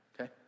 okay